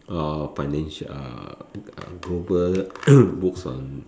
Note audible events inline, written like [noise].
or financial uh improvement [coughs] books on